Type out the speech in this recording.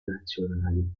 nazionali